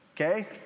okay